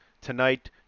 Tonight